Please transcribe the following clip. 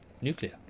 nuclear